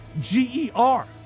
G-E-R